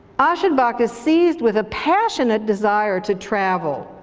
aschenbach is seized with a passionate desire to travel.